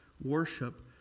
worship